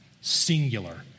singular